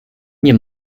nie